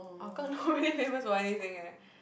Hougang not really famous for anything eh